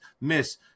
miss